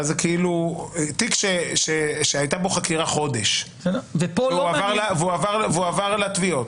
תיק שהייתה בו חקירה חודש והועבר לתביעות